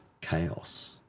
chaos